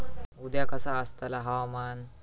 उद्या कसा आसतला हवामान?